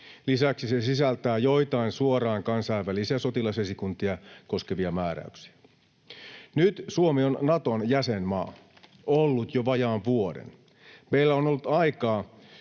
Lisäksi se sisältää joitain suoraan kansainvälisiä sotilasesikuntia koskevia määräyksiä. Nyt Suomi on Naton jäsenmaa, ollut jo vajaan vuoden. Meillä on ollut aikaa